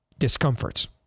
discomforts